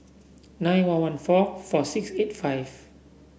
nine one one four four six eight five